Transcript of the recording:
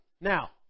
Now